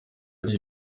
ari